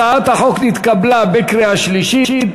הצעת החוק נתקבלה בקריאה שלישית,